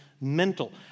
mental